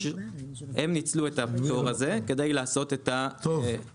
הם ניצלו את הפטור הזה כדי לעשות את התיאום.